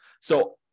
So-